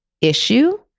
issue